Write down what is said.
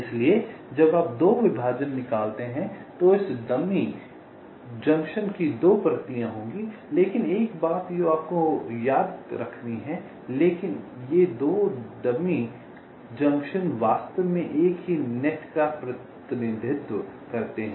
इसलिए जब आप 2 विभाजन निकालते हैं तो इस डमी जंक्शन की 2 प्रतियां होंगी लेकिन एक बात जो आपको याद है लेकिन ये 2 डमी जंक्शन वास्तव में एक ही नेट का प्रतिनिधित्व करते हैं